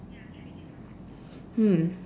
hmm